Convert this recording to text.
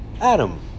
Adam